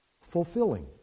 fulfilling